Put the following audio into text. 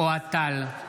אוהד טל,